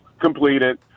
completed